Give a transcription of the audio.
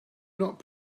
not